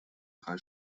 drei